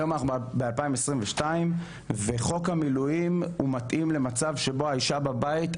היום אנחנו ב-2022 וחוק המילואים הוא מתאים למצב שבו האישה בבית,